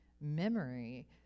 memory